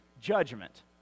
judgment